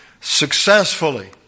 successfully